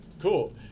cool